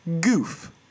Goof